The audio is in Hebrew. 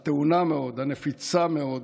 הטעונה מאוד, הנפיצה מאוד